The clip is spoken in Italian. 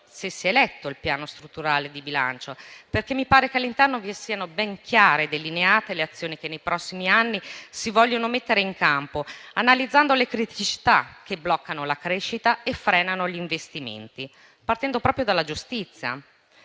se si sia letto il Piano strutturale di bilancio, perché mi pare che al suo interno siano delineate ben chiare le azioni che nei prossimi anni si vogliono mettere in campo, analizzando le criticità che bloccano la crescita e frenano gli investimenti, partendo proprio dalla giustizia,